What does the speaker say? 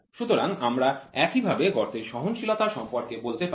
সুতরাং আমরা একইভাবে গর্তের সহনশীলতা সম্পর্কে বলতে পারি